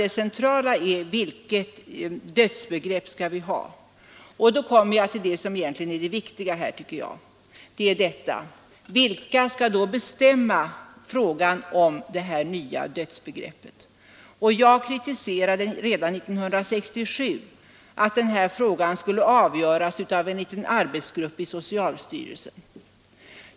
Det centrala är vilket dödsbegrepp vi skall ha. Den viktiga frågan är då vilka som skall bestämma om införandet av ett nytt dödsbegrepp. Jag kritiserade redan år 1967 att den frågan skulle avgöras av en liten arbetsgrupp i socialstyrelsen.